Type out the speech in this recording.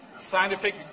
scientific